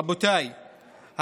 רבותיי,